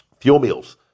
FuelMeals